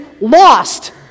lost